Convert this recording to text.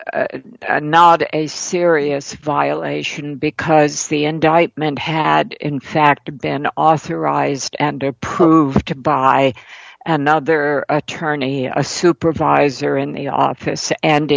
and a serious violation because the indictment had in fact been authorized and approved to buy another attorney a supervisor in the office and